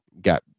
got